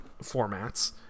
formats